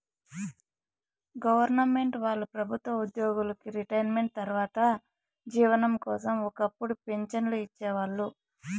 government వాళ్ళు ప్రభుత్వ ఉద్యోగులకి రిటైర్మెంటు తర్వాత జీవనం కోసం ఒక్కపుడు పింఛన్లు ఇచ్చేవాళ్ళు